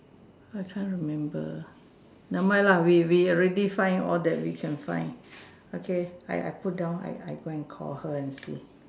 I trying to remember never mind lah we we already find all that we can find okay I I put down I I go and call her and see